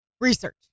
research